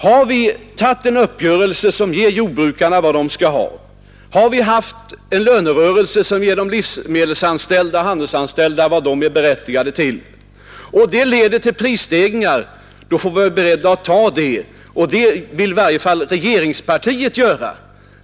Har vi träffat en uppgörelse som ger jordbrukarna vad de skall ha, har vi haft en lönerörelse som ger de handelsanställda och de anställda i livsmedelsindustrin vad de är berättigade till, och det leder till prisstegringar, får vi vara beredda att ta de stegringarna — och det vill i varje fall regeringspartiet göra.